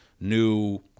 new